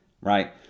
right